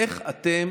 איך אתם